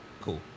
cool